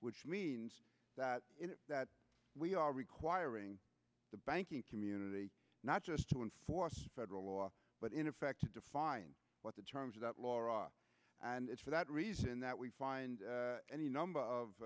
which means that that we are requiring the banking community not just to enforce federal law but in effect to define what the terms of that law and it's for that reason that we find any number of